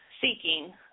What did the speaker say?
Seeking